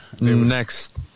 Next